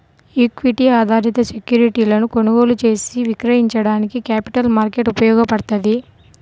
equity ఆధారిత సెక్యూరిటీలను కొనుగోలు చేసి విక్రయించడానికి క్యాపిటల్ మార్కెట్ ఉపయోగపడ్తది